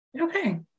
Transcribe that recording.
Okay